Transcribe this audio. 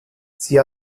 sie